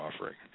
offering